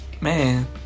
man